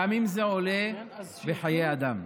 גם אם זה עולה בחיי אדם.